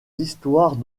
histoires